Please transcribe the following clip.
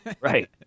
Right